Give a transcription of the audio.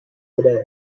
today